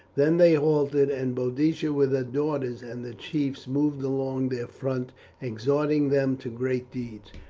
then they halted, and boadicea with her daughters and the chiefs moved along their front exhorting them to great deeds,